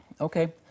Okay